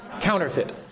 Counterfeit